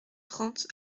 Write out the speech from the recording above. trente